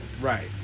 Right